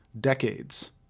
decades